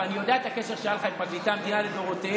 ואני יודע את הקשר שהיה לך עם פרקליטי המדינה לדורותיהם,